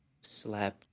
Slap